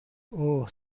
اوه